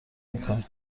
میکنیم